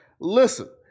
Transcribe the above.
Listen